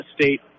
State